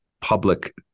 public